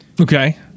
Okay